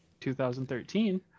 2013